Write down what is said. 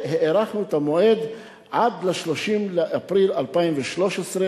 והארכנו את המועד עד 30 באפריל 2013,